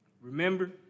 Remember